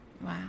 Wow